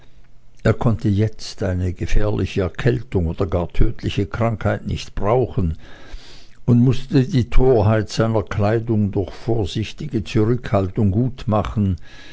er konnte jetzt eine gefährliche erkältung oder gar tödliche krankheit nicht brauchen und mußte die torheit seiner kleidung durch vorsichtige zurückhaltung gutmachen